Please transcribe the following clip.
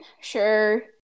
Sure